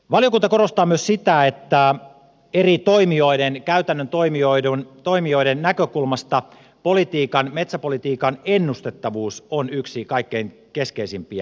valiokunta korostaa myös sitä että eri toimijoiden käytännön toimijoiden näkökulmasta metsäpolitiikan ennustettavuus on yksi kaikkein keskeisimpiä asioita